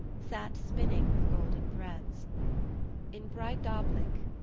sat spinning with golden threads in breidablik,